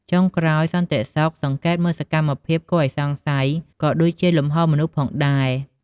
ចុងក្រោយ សន្តិសុខសង្កេតមើលសកម្មភាពគួរឱ្យសង្ស័យ ក៏ដូចជាលំហូរមនុស្សផងដែរ។